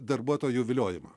darbuotojų viliojimą